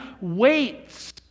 waits